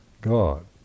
God